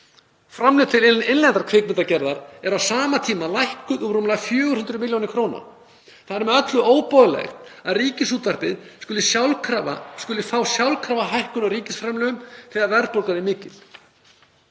Framlög til innlendrar kvikmyndagerðar eru á sama tíma lækkuð um rúmlega 400 millj. kr. Það er með öllu óboðlegt að Ríkisútvarpið skuli fá sjálfkrafa hækkun á ríkisframlögum þegar verðbólga er mikil.